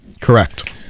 Correct